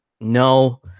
No